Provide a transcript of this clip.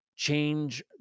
Change